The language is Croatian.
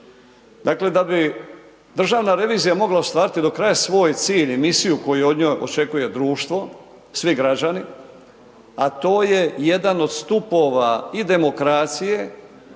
Dakle da bi državna revizija mogla ostvariti do kraja svoj cilj i misiju koju o njoj očekuje društvo, svi građani a to je jedan od stupova i demokracije